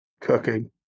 cooking